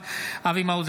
אינה נוכחת אבי מעוז,